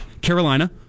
Carolina